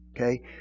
Okay